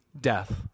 death